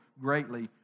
greatly